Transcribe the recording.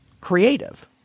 creative